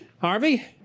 Harvey